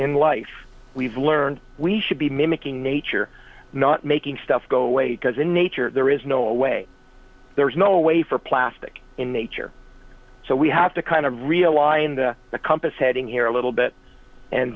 in life we've learned we should be mimicking nature not making stuff go away because in nature there is no way there's no way for plastic in nature so we have to kind of realign the compass heading here a little bit and